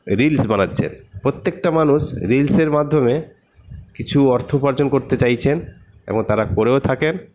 reels বানাচ্ছেন প্রত্যেকটা মানুষ রিলসের মাধ্যমে কিছু অর্থ উপার্জন করতে চাইছেন এবং তাঁরা করেও থাকেন